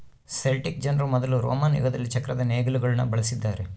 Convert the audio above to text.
Celtic ಜನರು ಮೊದಲು Roman ಯುಗದಲ್ಲಿ ಚಕ್ರದ ನೇಗಿಲುಗುಳ್ನ ಬಳಸಿದ್ದಾರೆ